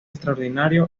extraordinario